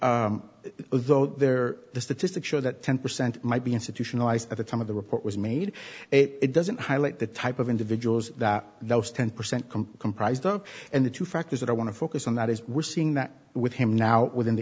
vote there the statistics show that ten percent might be institutionalized at the time of the report was made it doesn't highlight the type of individuals that those ten percent comprised of and the two factors that i want to focus on that is we're seeing that with him now in the